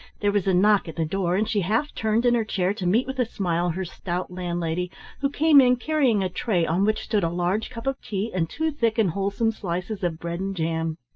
there was a knock at the door, and she half turned in her chair to meet with a smile her stout landlady who came in carrying a tray on which stood a large cup of tea and two thick and wholesome slices of bread and jam.